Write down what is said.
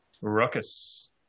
ruckus